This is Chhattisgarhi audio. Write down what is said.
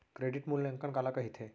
क्रेडिट मूल्यांकन काला कहिथे?